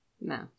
No